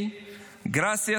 אמריקה